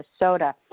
Minnesota